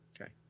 okay